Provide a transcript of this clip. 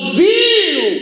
zeal